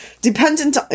dependent